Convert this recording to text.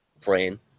Brain